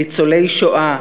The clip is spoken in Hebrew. ניצולי שואה.